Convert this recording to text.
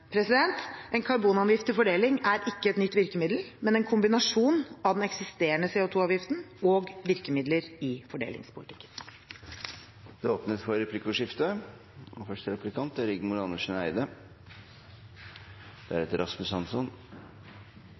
En karbonavgift til fordeling er ikke et nytt virkemiddel, men en kombinasjon av den eksisterende CO 2 -avgiften og virkemidler i fordelingspolitikken. Det blir replikkordskifte.